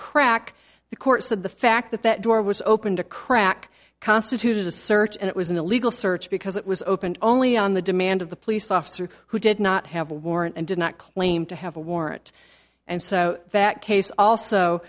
crack the court said the fact that that door was opened a crack constituted a search and it was an illegal search because it was open only on the demand of the police officer who did not have a warrant and did not claim to have a warrant and so that case